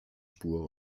spur